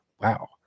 Wow